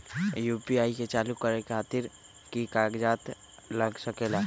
UPI के चालु करे खातीर कि की कागज़ात लग सकेला?